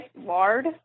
lard